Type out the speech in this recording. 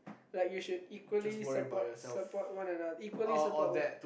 like you should equally support support one another equally support